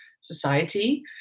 society